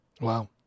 Wow